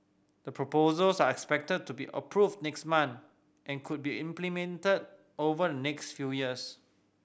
the proposals are expected to be approved next month and could be implemented over next few years